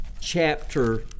chapter